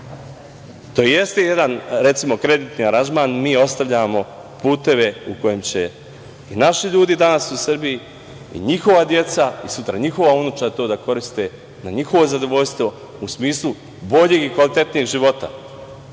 To jeste jedan kreditni aranžman, a mi ostavljamo puteve u kojima će naši ljudi danas u Srbiji, njihova deca, sutra njihova unučad, to da koriste na njihovo zadovoljstvo u smislu boljeg i kvalitetnijeg života.